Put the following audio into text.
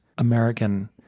American